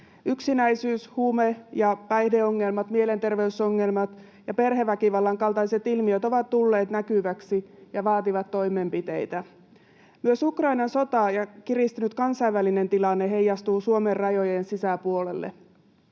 Yksinäisyys, huume- ja päihdeongelmat, mielenterveysongelmat ja perheväkivallan kaltaiset ilmiöt ovat tulleet näkyviksi ja vaativat toimenpiteitä. Myös Ukrainan sota ja kiristynyt kansainvälinen tilanne heijastuvat Suomen rajojen sisäpuolelle.